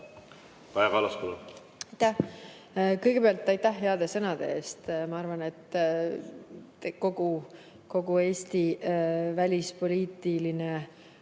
Kõigepealt aitäh heade sõnade eest! Ma arvan, et kogu Eesti välispoliitikas